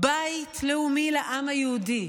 בית לאומי לעם היהודי,